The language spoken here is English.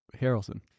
Harrelson